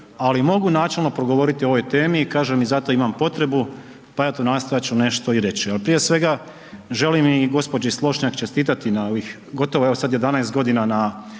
ali mogu načelno progovoriti o ovoj temi i kažem i zato imam potrebu pa eto nastojat ću nešto i reći. Ali prije svega želim i gđi. Slonjšak čestitati na ovih gotovo